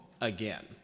again